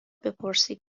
بپرسید